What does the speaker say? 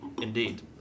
Indeed